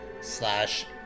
slash